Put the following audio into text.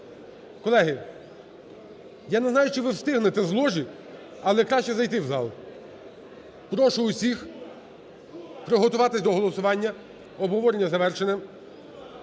Колеги, я не знаю, чи ви встигнете з ложі, але краще зайти в зал. Прошу всіх приготуватись до голосування, обговорення завершене.